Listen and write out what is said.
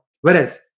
Whereas